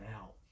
out